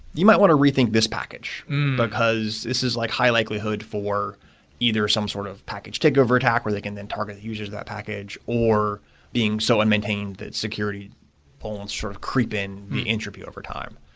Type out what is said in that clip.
you might want to rethink this package because this is like high likelihood for either some sort of package takeover attack or they can then target users to that package or being so and maintain that security and sort of creep in the interview overtime.